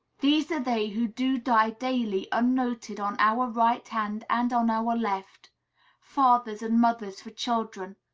these are they who do die daily unnoted on our right hand and on our left fathers and mothers for children,